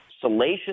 salacious